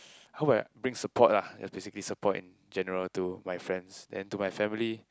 hope I bring support lah ya basically support in general to my friends then to my family